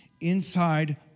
Inside